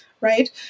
right